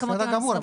בסדר גמור,